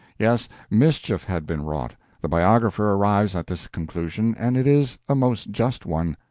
yes, mischief had been wrought. the biographer arrives at this conclusion, and it is a most just one.